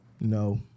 No